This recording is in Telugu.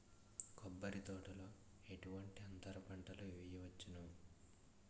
కొబ్బరి తోటలో ఎటువంటి అంతర పంటలు వేయవచ్చును?